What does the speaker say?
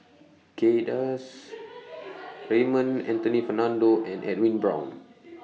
Kay Das Raymond Anthony Fernando and Edwin Brown